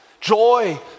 Joy